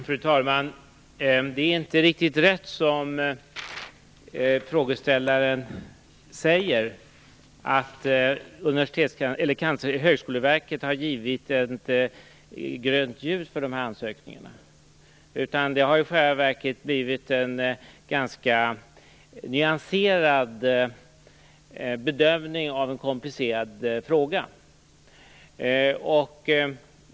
Fru talman! Det är inte riktigt rätt som frågeställaren säger, att Högskoleverket har givit grönt ljus för ansökningarna. Det har i själva verket gjorts en ganska nyanserad bedömning av en komplicerad fråga.